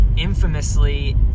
Infamously